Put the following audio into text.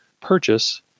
purchase